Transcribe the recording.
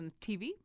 TV